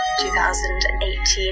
2018